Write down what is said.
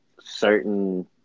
certain